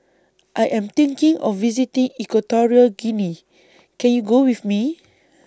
I Am thinking of visiting Equatorial Guinea Can YOU Go with Me